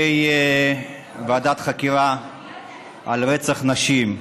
ועדת חקירה על רצח נשים.